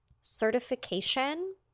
certification